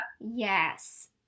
Yes